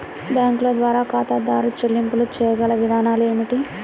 బ్యాంకుల ద్వారా ఖాతాదారు చెల్లింపులు చేయగల విధానాలు ఏమిటి?